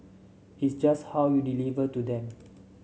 it's just how you deliver to them